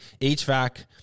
HVAC